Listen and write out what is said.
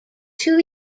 two